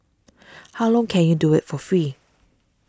how long can you do it for free